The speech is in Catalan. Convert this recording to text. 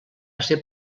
ser